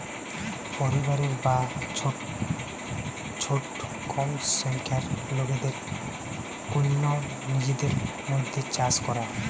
পরিবারের বা ছোট কম সংখ্যার লোকদের কন্যে নিজেদের মধ্যে চাষ করা